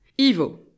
Ivo